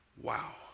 Wow